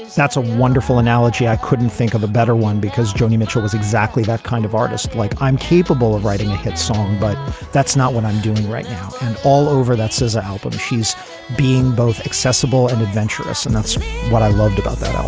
that's a wonderful analogy. i couldn't think of a better one because joni mitchell was exactly that kind of artist. like i'm capable of writing a hit song. but that's not what i'm doing right now. and all over that says ah album. she's been both accessible and adventurous, and that's what i loved about that